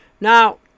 Now